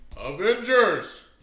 Avengers